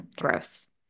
Gross